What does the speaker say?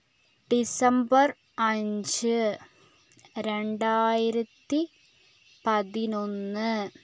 December അഞ്ച് രണ്ടായിരത്തി പതിനൊന്ന്